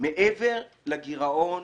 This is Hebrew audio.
מעבר לגירעון